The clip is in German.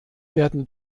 werden